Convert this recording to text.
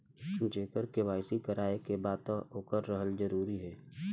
जेकर के.वाइ.सी करवाएं के बा तब ओकर रहल जरूरी हे?